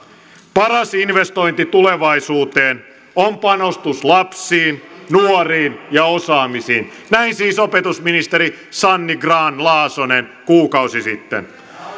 paras investointi tulevaisuuteen on panostus lapsiin nuoriin ja osaamiseen näin siis opetusministeri sanni grahn laasonen kuukausi sitten